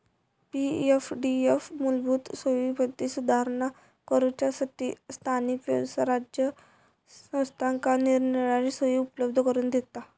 पी.एफडीएफ मूलभूत सोयींमदी सुधारणा करूच्यासठी स्थानिक स्वराज्य संस्थांका निरनिराळे सोयी उपलब्ध करून दिता